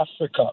africa